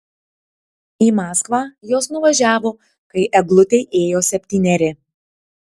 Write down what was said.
į maskvą jos nuvažiavo kai eglutei ėjo septyneri